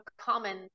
common